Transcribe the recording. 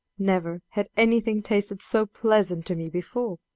never had anything tasted so pleasant to me before!